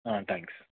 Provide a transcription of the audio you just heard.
thanks